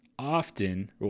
Often